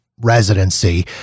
residency